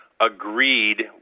agreed